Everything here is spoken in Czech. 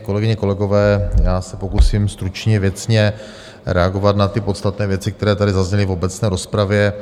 Kolegyně, kolegové, já se pokusím stručně, věcně reagovat na podstatné věci, které tady zazněly v obecné rozpravě.